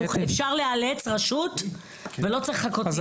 אפשר לאלץ רשות ולא צריך לחכות לאישור.